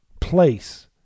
place